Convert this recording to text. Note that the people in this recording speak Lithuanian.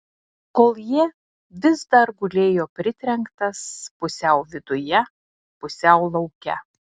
koljė vis dar gulėjo pritrenktas pusiau viduje pusiau lauke